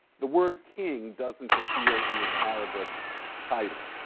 the word king doesn't appear in his arabic title.